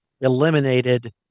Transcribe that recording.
eliminated